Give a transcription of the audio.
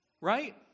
Right